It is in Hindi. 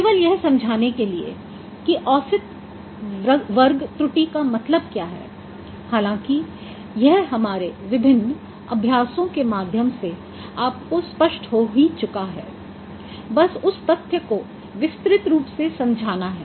केवल यह समझाने के लिए कि औसत वर्ग त्रुटि का मतलब क्या है हालांकि यह हमारे विभिन्न अभ्यासों के माध्यम से आपको स्पष्ट हो ही चुका होगा बस उस तथ्य को विस्तृत रूप से समझाना है